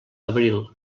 abril